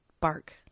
bark